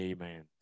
Amen